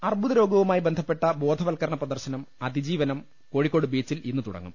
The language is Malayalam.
അർബു ദ രോ ഗ വു മായി ബന്ധപ്പെട്ട ബോധ വൽക്ക രണ പ്രദർശനം അതിജീവനം കോഴിക്കോട് ബീച്ചിൽ ഇന്ന് തുടങ്ങും